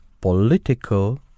political